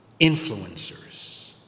influencers